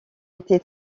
été